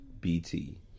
BT